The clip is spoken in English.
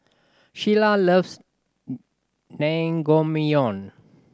Sheila loves Naengmyeon